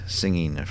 singing